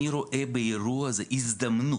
אני רואה באירוע הזה הזדמנות,